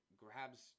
grabs